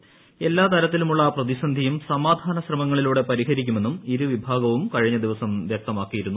വിദേശകാര്യ എല്ലാത്തരത്തിലുമുള്ള പ്രതിസന്ധിയും സമാധാന ശ്രമങ്ങളിലൂടെ പരിഹരിക്കുമെന്നും ഇരുവിഭാഗവും കഴിഞ്ഞ ദിവസം വ്യക്തമാക്കിയിരുന്നു